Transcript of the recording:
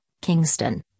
Kingston